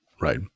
Right